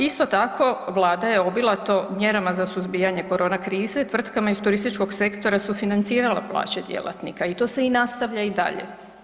Isto tako Vlada je obilato mjerama za suzbijanja korona krize tvrtkama iz turističkog sektora sufinancirala plaće djelatnika i to se nastavlja i dalje.